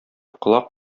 колак